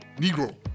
Negro